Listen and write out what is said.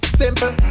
simple